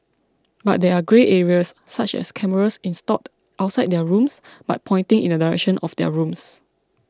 but there are grey areas such as cameras installed outside their rooms but pointing in the direction of their rooms